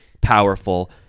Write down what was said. powerful